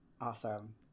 awesome